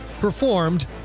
Performed